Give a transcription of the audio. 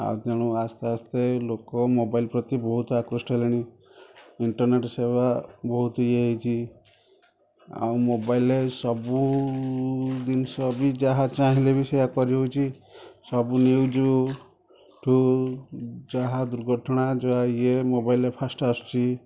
ଆଉ ତେଣୁ ଆସ୍ତେ ଆସ୍ତେ ଲୋକ ମୋବାଇଲ୍ ପ୍ରତି ବହୁତ ଆକୃଷ୍ଟ ହେଲେଣି ଇଣ୍ଟରନେଟ୍ ସେବା ବହୁତ ଇଏ ହେଇଛି ଆଉ ମୋବାଇଲ୍ରେ ସବୁ ଜିନିଷ ବି ଯାହା ଚାହିଁଲେ ବି ସେୟା କରି ହେଉଛି ସବୁ ନ୍ୟୁଜ୍ଠୁ ଯାହା ଦୁର୍ଘଟଣା ଯାହା ଇଏ ମୋବାଇଲ୍ରେ ଫାଷ୍ଟ ଆସୁଛି